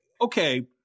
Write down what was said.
okay